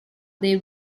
dei